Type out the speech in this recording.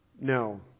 No